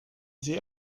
sie